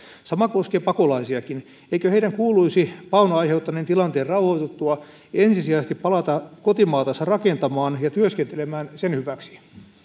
sama koskee pakolaisiakin eikö heidän kuuluisi paon aiheuttaneen tilanteen rauhoituttua ensisijaisesti palata kotimaatansa rakentamaan ja työskentelemään sen hyväksi